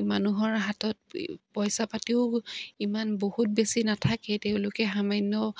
এই মানুহৰ হাতত পইচা পাতিও ইমান বহুত বেছি নাথাকে তেওঁলোকে সামান্য